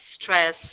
stress